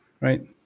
right